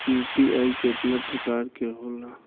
UPI केतना प्रकार के होला?